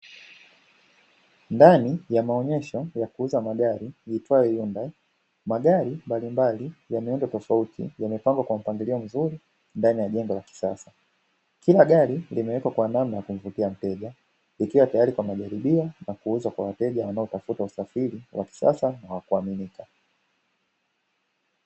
Ndani ya maonyesho ya kuuza magari iitwayo "Hyundai". Magari mbalimbali ya miundo tofauti yamepangwa kwa mpangilio mzuri, ndani ya jengo la kisasa. Kila gari limewekwa kwa namna ya kumvutia mteja, likiwa tayari kwa majaribio na kuuzwa kwa wateja wanaotafuta usafiri wa kisasa na wa kuaminika.